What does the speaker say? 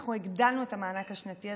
אנחנו הגדלנו את המענק השנתי הזה.